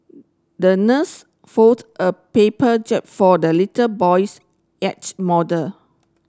the nurse fold a paper jib for the little boy's model